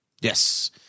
Yes